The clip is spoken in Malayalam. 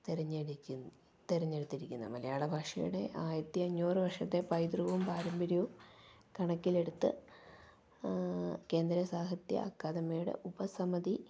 തെരഞ്ഞെടുത്തിരിക്കുന്നത് മലയാള ഭാഷയുടെ ആയിരത്തി അഞ്ഞൂറ് വർഷത്തെ പൈതൃകവും പാരമ്പര്യവും കണക്കിലെടുത്ത് കേന്ദ്ര സാഹിത്യ അക്കാദമിയുടെ ഉപസമിതി